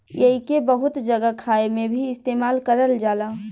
एइके बहुत जगह खाए मे भी इस्तेमाल करल जाला